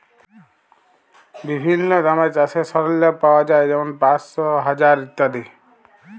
বিভিল্ল্য দামে চাষের সরল্জাম পাউয়া যায় যেমল পাঁশশ, হাজার ইত্যাদি